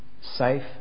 safe